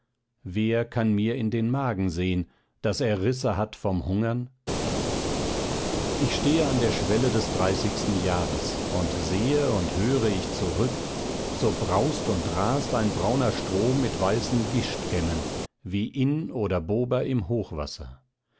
wer kann mir in den magen sehen daß er risse hat vom hungern ich stehe an der schwelle des dreißigsten jahres und sehe und höre ich zurück so braust und rast ein brauner strom mit weißen gischtkämmen wie inn oder bober im hochwasser